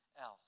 else